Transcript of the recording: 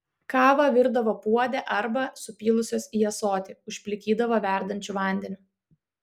kavą virdavo puode arba supylusios į ąsotį užplikydavo verdančiu vandeniu